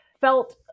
felt